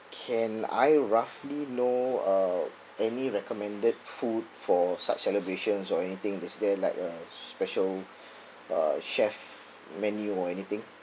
can I roughly know uh any recommended food for such celebrations or anything is there like a special uh chef menu or anything